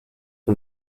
her